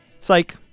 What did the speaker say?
Psych